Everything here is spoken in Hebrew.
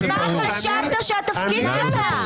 אבל מה שחשבת שהתפקיד שלה?